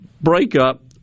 breakup